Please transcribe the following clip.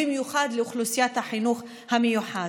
במיוחד לאוכלוסיית החינוך המיוחד.